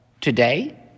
today